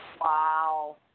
Wow